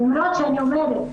למרות שאני אומרת,